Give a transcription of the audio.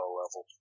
level